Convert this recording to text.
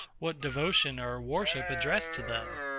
what devotion or worship address to them?